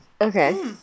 Okay